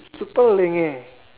super leng eh